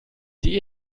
die